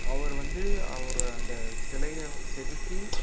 அவர் வந்து அவரு அந்த சிலையை செதுக்கி